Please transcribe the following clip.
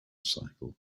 cycle